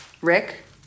Rick